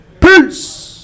Peace